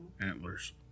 Antlers